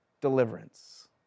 deliverance